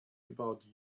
about